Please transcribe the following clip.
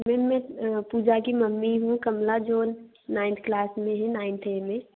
ma'am मैं पूजा की मम्मी हूँ कमला जो नाइनथ किलास में है नाइनथ ए में